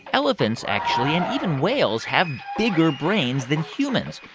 elephants, actually and even whales have bigger brains than humans.